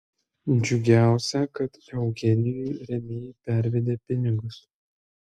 džiugiausia kad eugenijui rėmėjai pervedė pinigus